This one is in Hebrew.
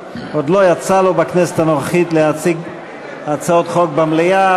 עוד לא יצא לו בכנסת הנוכחית להציג הצעות חוק במליאה,